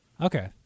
Okay